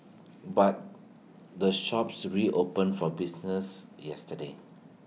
but the shops reopened for business yesterday